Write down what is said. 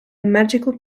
magical